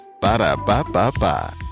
ba-da-ba-ba-ba